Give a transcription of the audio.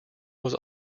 was